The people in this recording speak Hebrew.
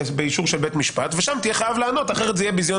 באישור של בית משפט ושם אהיה חייב לענות כי אחרת זה יהיה ביזיון